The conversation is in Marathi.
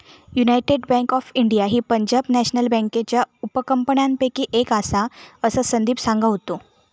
युनायटेड बँक ऑफ इंडिया ही पंजाब नॅशनल बँकेच्या उपकंपन्यांपैकी एक आसा, असा संदीप सांगा होतो